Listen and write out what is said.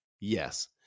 yes